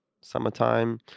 summertime